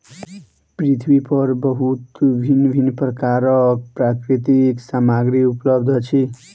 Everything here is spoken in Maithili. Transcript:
पृथ्वी पर बहुत भिन्न भिन्न प्रकारक प्राकृतिक सामग्री उपलब्ध अछि